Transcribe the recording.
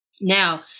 Now